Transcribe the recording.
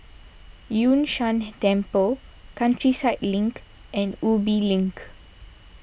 Yun Shan Temple Countryside Link and Ubi Link